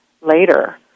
later